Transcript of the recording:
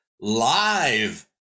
live